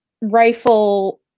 rifle